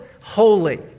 holy